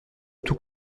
tout